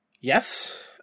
Yes